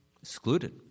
Excluded